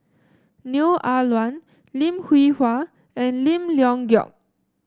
Neo Ah Luan Lim Hwee Hua and Lim Leong Geok